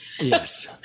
Yes